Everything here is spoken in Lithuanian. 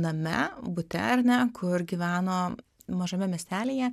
name bute ar ne kur gyveno mažame miestelyje